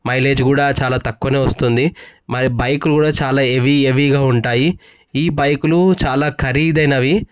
mileage కూడా చాలా తక్కువ వస్తుంది మరి బైకులు కూడా చాలా హెవీ హెవీగా ఉంటాయి ఈ బైకులు చాలా ఖరీదు అయినవి